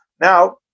Now